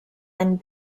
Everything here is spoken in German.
ein